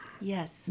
Yes